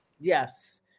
Yes